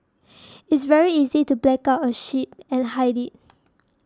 it's very easy to black out a ship and hide it